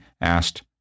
asked